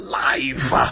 life